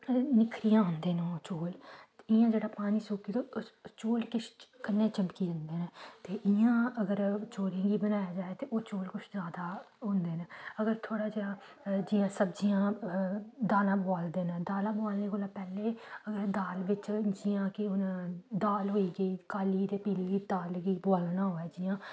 निक्खरियै औंदे न ओह् चौल ते इ'यां जेह्ड़ा पानी सुक्की चौल किश कन्नै चमकी जंदे न ते इ'यां अगर चौलें गी बनाया जाए ते ओह् चौल कुछ जैदा होंदे न अगर थोह्ड़ा जेहा जि'यां सब्जियां दालां बोआलदे न दालां बोआलने कोला पैह्लें अगर दाल बिच्च जि'यां केह् हून दाल होई गेई काली ते पीली दाल गी बोआलना होऐ जियां